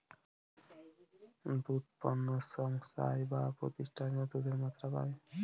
দুধ পণ্য সংস্থায় বা প্রতিষ্ঠানে দুধের মাত্রা পায়